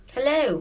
Hello